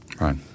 Right